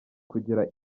kugera